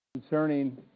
concerning